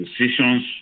decisions